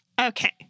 Okay